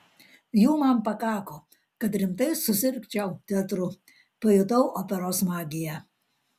jų man pakako kad rimtai susirgčiau teatru pajutau operos magiją